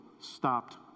stopped